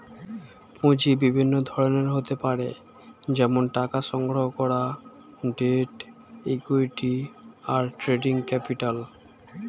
পুঁজি বিভিন্ন ধরনের হতে পারে যেমন টাকা সংগ্রহণ করা, ডেট, ইক্যুইটি, আর ট্রেডিং ক্যাপিটাল